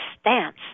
stance